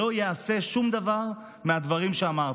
שלא ייעשה שום דבר מהדברים שאמרתי,